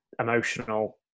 emotional